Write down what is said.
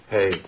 Hey